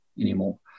anymore